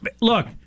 Look